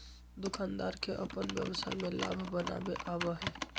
दुकानदार के अपन व्यवसाय में लाभ बनावे आवा हई